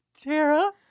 Tara